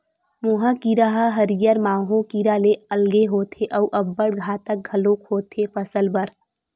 मोहा कीरा ह हरियर माहो कीरा ले अलगे होथे अउ अब्बड़ घातक घलोक होथे फसल बर